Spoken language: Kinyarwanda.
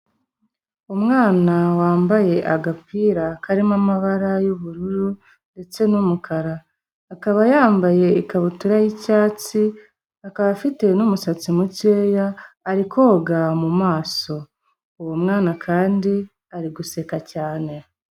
Umwana wambaye agapira karimo amabara y'ubururu ndetse n'umukara. Akaba yambaye ikabutura y'icyatsi, akaba afite n'umusatsi mukeya, ari koga mu maso. Uwo mwana kandi ari guseka cyane.